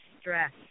stress